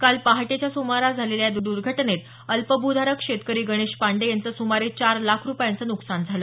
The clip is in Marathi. काल पहाटेच्या सुमारास झालेल्या या दुर्घटनेत अल्पभूधारक शेतकरी गणेश पांडे यांचं सुमारे चार लाख रुपयांचं नुकसान झालं